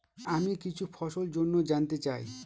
আমি কিছু ফসল জন্য জানতে চাই